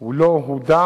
שהוא לא הודח.